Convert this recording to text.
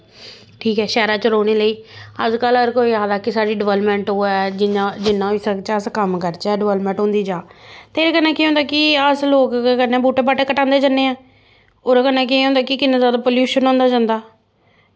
ठीक ऐ शैह्रा च रौह्ने लेई अज्जकल हर कोई आखदा कि साढ़ी डवैलपमैंट होऐ जिन्नां होई सकचै अस कम्म करचै डवैलपमैंट होंदी जा ते इस कन्नै केह् होंदा ऐ कि अस लोग गै बूह्टे बाह्टे कटांदे जन्ने आं ओह्दे कन्नै केह् होंदा कि किन्ना जादा प्लयुशन होंदा जंदा